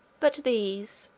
but these,